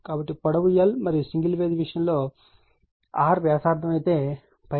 కాబట్టి పొడవు l మరియు సింగిల్ ఫేజ్ విషయంలో r వ్యాసార్థం అయితే r2l